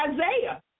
Isaiah